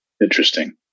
Interesting